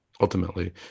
Ultimately